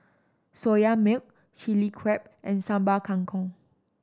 Soya Milk Chilli Crab and Sambal Kangkong